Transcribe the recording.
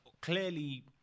clearly